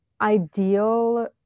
ideal